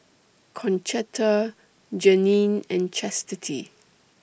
Concetta Janene and Chastity